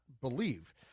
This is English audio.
believe